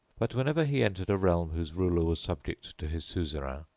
but whenever he entered a realm whose ruler was subject to his suzerain,